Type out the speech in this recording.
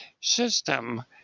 system